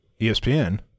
espn